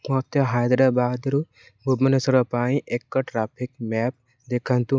ମୋତେ ହାଇଦ୍ରାବାଦରୁ ଭୁବନେଶ୍ୱର ପାଇଁ ଏକ ଟ୍ରାଫିକ୍ ମ୍ୟାପ୍ ଦେଖାନ୍ତୁ